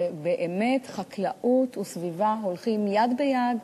ובאמת, חקלאות וסביבה הולכות יד ביד,